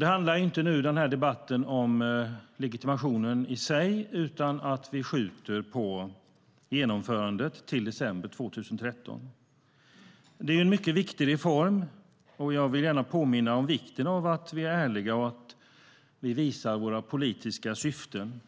Den här debatten handlar inte om legitimationen i sig utan om att vi skjuter på genomförandet till december 2013. Det är en mycket viktig reform. Jag vill gärna påminna om vikten av att vi är ärliga och visar våra politiska syften.